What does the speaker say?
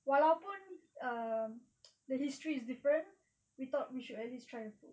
walaupun err the history is different we thought we should at least try the food